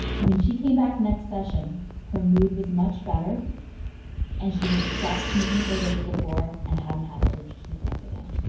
when she came back next session her mood was much better and she had stopped smoking four days before and hadn't had the urge to pick it up again.